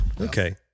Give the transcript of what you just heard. Okay